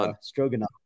stroganoff